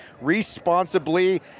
responsibly